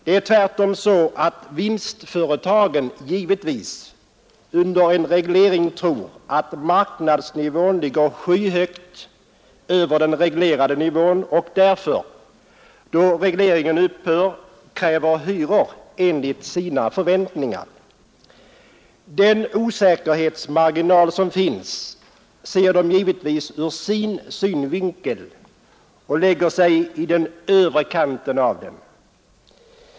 Det är tvärtom så att vinstföretagen givetvis under en reglering tror att marknadsnivån ligger skyhögt över den reglerade nivån och därför när regleringen upphör kräver hyror enligt sina förväntningar. Den osäkerhetsmarginal som finns ser de givetvis ur sin synvinkel och lägger sig i den övre kanten av den.